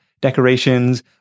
Decorations